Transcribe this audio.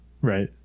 right